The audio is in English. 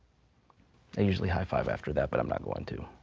i usually high five after that, but i'm not going to.